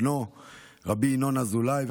בנו רבי ינון אזולאי,